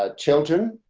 ah children